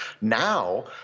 Now